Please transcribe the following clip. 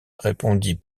répondit